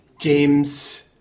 James